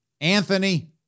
Anthony